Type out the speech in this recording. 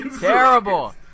Terrible